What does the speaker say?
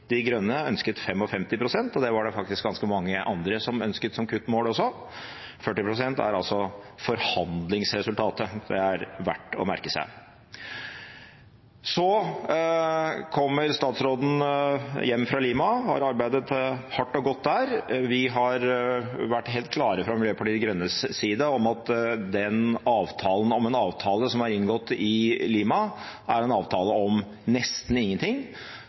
De Grønne ønsket 55 pst., og det var det faktisk ganske mange andre som ønsket som kuttmål også. 40 pst. er altså forhandlingsresultatet – det er verdt å merke seg. Så kommer statsråden hjem fra Lima og har arbeidet hardt og godt der. Vi har vært helt klare fra Miljøpartiet De Grønnes side på at den avtalen om en avtale som er inngått i Lima, er en avtale om nesten ingenting,